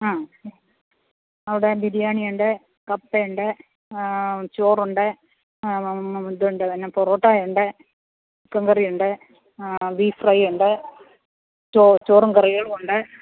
ആ അവിടെ ബിരിയാണി ഉണ്ട് കപ്പ ഉണ്ട് ചോറുണ്ട് ആ ഇതുണ്ട് പൊറോട്ട ഉണ്ട് ചിക്കൻ കറി ഉണ്ട് ബീഫ് ഫ്രൈ ഉണ്ട് ചോറും കറികളുമുണ്ട്